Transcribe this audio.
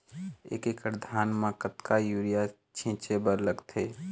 एक एकड़ धान म कतका यूरिया छींचे बर लगथे?